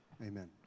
Amen